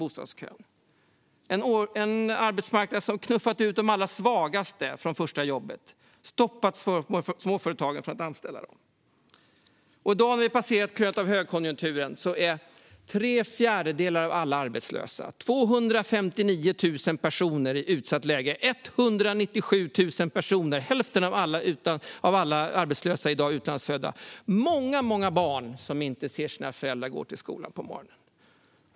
Det handlar om en arbetsmarknad som knuffat ut de allra svagaste från det första jobbet och stoppat småföretagen från att anställa dem. I dag, när vi har passerat krönet på högkonjunkturen, är tre fjärdedelar av alla arbetslösa, 259 000 personer, i utsatt läge. Hälften av alla arbetslösa, 197 000 personer, är i dag utlandsfödda. Många barn ser inte sina föräldrar gå till jobbet på morgonen.